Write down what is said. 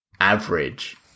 average